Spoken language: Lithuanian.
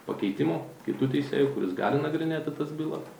pakeitimo kitu teisėju kuris gali nagrinėti tas bylas